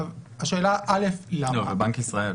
בנק ישראל.